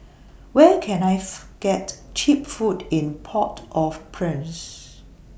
Where Can I get Cheap Food in Port of Prince